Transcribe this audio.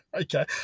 okay